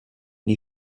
die